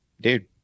dude